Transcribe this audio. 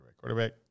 quarterback